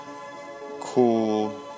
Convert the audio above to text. cool